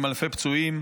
עם אלפי פצועים,